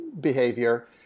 behavior